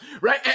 Right